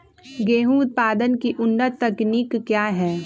गेंहू उत्पादन की उन्नत तकनीक क्या है?